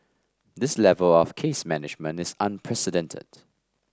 this level of case management is unprecedented